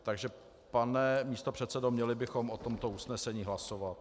Takže, pane místopředsedo, měli bychom o tomto usnesení hlasovat.